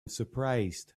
surprised